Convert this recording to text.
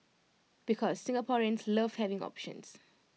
because Singaporeans love having options